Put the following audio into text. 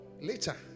later